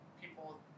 people